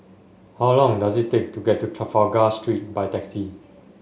how long does it take to get to Trafalgar Street by taxi